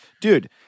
Dude